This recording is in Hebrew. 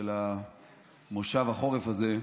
של מושב החורף הזה,